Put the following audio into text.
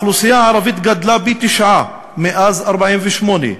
האוכלוסייה הערבית גדלה פי-תשעה מאז 1948,